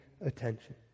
attention